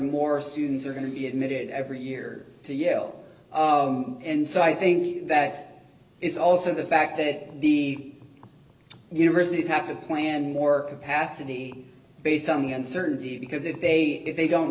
more students are going to be admitted every year to yale and so i think that it's also the fact that the universities have to plan more capacity based on the uncertainty because if they if they don't